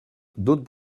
d’autres